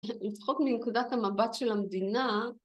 ‫לפחות מנקודת המבט של המדינה.